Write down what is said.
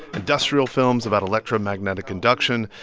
industrial films about electromagnetic induction,